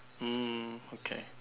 mm okay